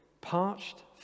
parched